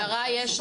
למשטרה יש נוהל.